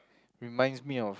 reminds me of